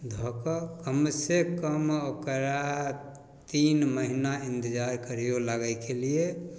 धऽ कऽ कमसँ कम ओकरा तीन महिना इन्तजार करिऔ लगैकेलिए